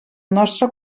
nostre